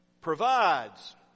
provides